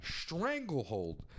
stranglehold